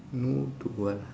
no to ah